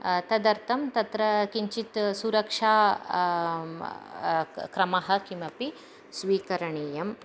तदर्थं तत्र किञ्चित् सुरक्षाक्रमः किमपि स्वीकरणीयम्